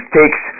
takes